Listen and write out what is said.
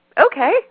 okay